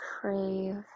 crave